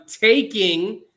taking